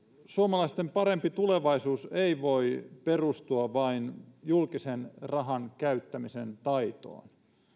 suomalaisten parempi tulevaisuus ei voi perustua vain julkisen rahan käyttämisen taitoon